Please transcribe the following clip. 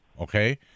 okay